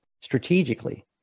Strategically